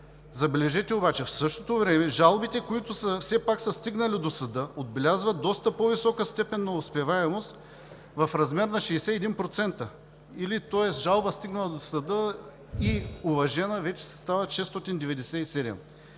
Забележете, в същото време жалбите, които са стигнали до съда, отбелязват доста по-висока степен на успеваемост в размер на 61%, тоест с жалбите, стигнали до съда и уважени, вече стават 697